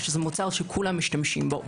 שזה מוצר שכולם משתמשים בו,